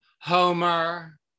Homer